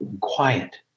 quiet